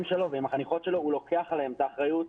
שלו ועם החניכות שלו הוא לוקח עליהם את האחריות.